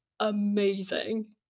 amazing